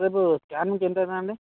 రేపు స్కానింగ్కి ఎంత అవుతుంది అండి